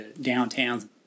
downtown